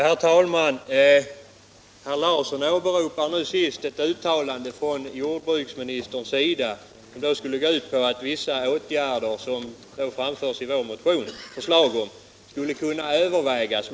Herr talman! Herr Larsson i Borrby åberopade i sitt senaste inlägg ett uttalande från jordbruksministern, som skulle gå ut på att vissa åtgärder som föreslås i vår motion skulle kunna övervägas.